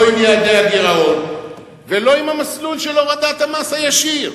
לא עם יעדי הגירעון ולא עם המסלול של הורדת המס הישיר.